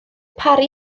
parry